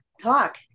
Talk